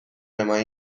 ماهی